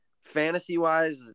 fantasy-wise